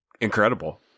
Incredible